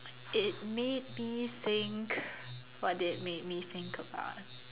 it made me think what did it made me think about